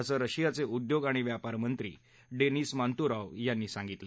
असं रशियाचे उद्योग आणि व्यापारमंत्री डेनिस मान्तुरॉव्ह यांनी सांगितलं